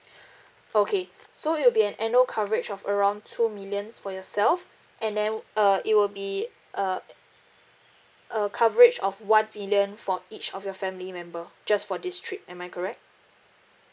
okay so it will be an annual coverage of around two millions for yourself and then uh it will be uh a coverage of one million for each of your family member just for this trip am I correct